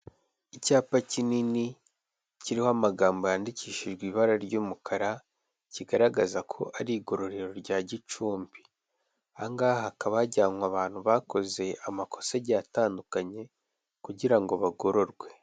Icyapa kinini kiriho amagambo yandikishijwe ibara ry'umukara kigaragaza ko ari igororero rya Gicumbi, ahangaha hakaba hajyanwa abantu bakoze amakosa agiye atandukanye kugira ngo bagororwe.